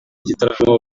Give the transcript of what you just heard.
gitaramo